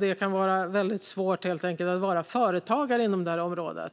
Det kan helt enkelt vara mycket svårt att vara företagare inom detta område.